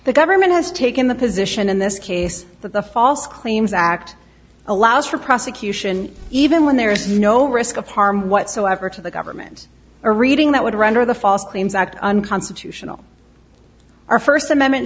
the government has taken the position in this case that the false claims act allows for prosecution even when there is no risk of harm whatsoever to the government or reading that would render the false claims act unconstitutional our first amendment